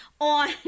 on